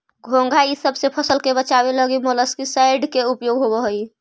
घोंघा इसब से फसल के बचावे लगी मोलस्कीसाइड के उपयोग होवऽ हई